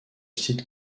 site